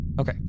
Okay